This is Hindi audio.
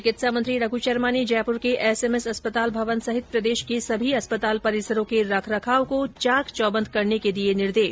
चिकित्सा मंत्री रघु शर्मा ने जयपुर के एसएमएस अस्पताल भवन सहित प्रदेश के सभी अस्पताल परिसरों के रखरखाव को चाक चौबन्द करने के दिए निर्देश